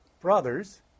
brothers